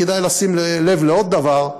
כדאי לשים לב לעוד דבר: